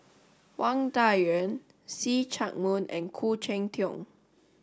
Wang Dayuan See Chak Mun and Khoo Cheng Tiong